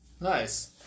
Nice